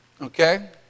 Okay